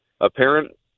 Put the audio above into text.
apparent